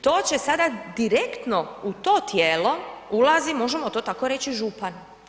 To će sada direktno u to tijelo ulazi, možemo to tako reći, župan.